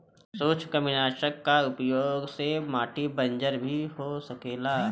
सूत्रकृमिनाशक कअ उपयोग से माटी बंजर भी हो सकेला